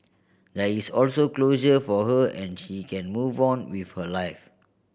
there is also closure for her and she can move on with her life